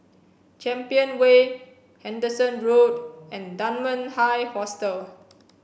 Champion Way Henderson Road and Dunman High Hostel